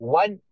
one